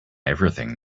everything